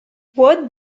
what